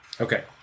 Okay